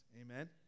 Amen